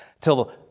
till